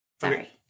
Sorry